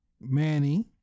Manny